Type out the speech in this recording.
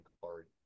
card